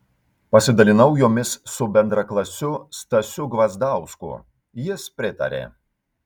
pasidalinau jomis su bendraklasiu stasiu gvazdausku jis pritarė